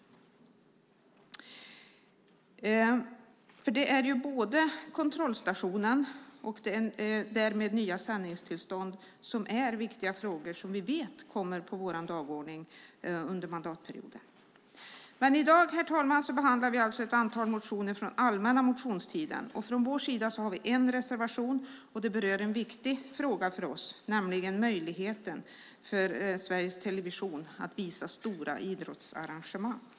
Viktiga frågor som vi vet kommer på vår dagordning under mandatperioden gäller kontrollstationen och därmed nya sändningstillstånd. Herr talman! I dag behandlar vi ett antal motioner från allmänna motionstiden. Från vår sida har vi en reservation som berör en för oss viktig fråga, nämligen möjligheten för Sveriges Television att visa stora idrottsarrangemang.